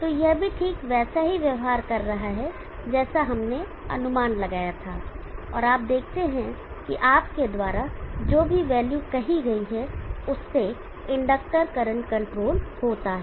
तो यह भी ठीक वैसा ही व्यवहार कर रहा है जैसा हमने अनुमान लगाया था और आप देखते हैं कि आपके द्वारा जो भी वैल्यू कही गई है उससे इंडक्टर करंट कंट्रोल होता है